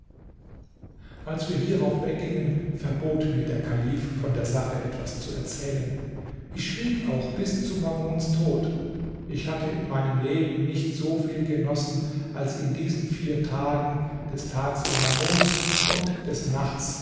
als wir hierauf weggingen verbot mir der kalif von der sache etwas zu erzählen ich schwieg auch bis zu mamuns tod ich hatte in meinem leben nicht so viel genossen als in diesen vier tagen des tags in mamuns und des nachts